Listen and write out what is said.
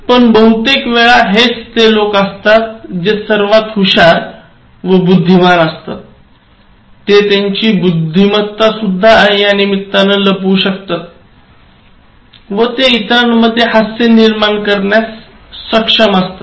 पण बहुतेक वेळा हेच ते लोक असतात जे सर्वात हुशार व बुद्धिमान असतातते त्यांची बुद्धिमत्ता लपवू शकतात व ते इतरांमध्ये हास्य निर्माण करण्यास सक्षम असतात